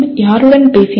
யாருடன் பேசினார்